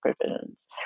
provisions